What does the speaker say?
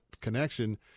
connection